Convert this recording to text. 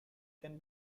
can